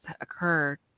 occurred